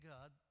God